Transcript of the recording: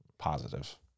positive